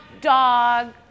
dog